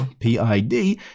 PID